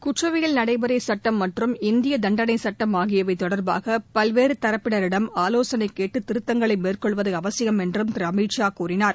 குற்றவியல் நடைமுறை சட்டம் மற்றும் இந்திய தண்டனை சட்டம் ஆகியவை தொடர்பாக பல்வேறு தரப்பினரிடம் ஆலோசனை கேட்டு திருத்தங்களை மேற்கொள்வது அவசியம் என்றும் திரு அமித் ஷா கூறினார்